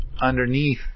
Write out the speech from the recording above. underneath